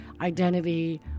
identity